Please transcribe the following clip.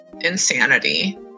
insanity